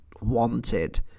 wanted